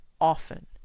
often